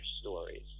stories